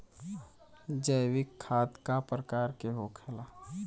जैविक खाद का प्रकार के होखे ला?